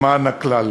למען הכלל.